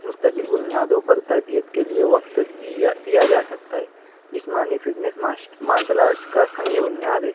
مستقل بنیادوں پر تربیت کے لیے وقت دیا دیا جا سکتا ہے جسمانی فٹنیس مراشل آرٹس کا سنگ بنیاد ہے